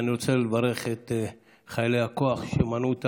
אני רוצה לברך את חיילי הכוח שמנעו,